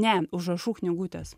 ne užrašų knygutės